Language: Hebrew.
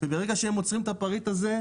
וברגע שהם עוצרים את הפריט הזה,